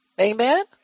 Amen